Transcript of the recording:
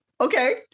Okay